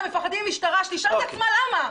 פוחדים ממשטרה שתשאל את עצמה למה.